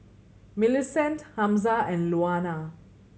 Millicent Hamza and Louanna